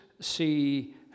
see